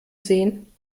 sehen